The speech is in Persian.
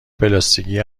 پلاستیکی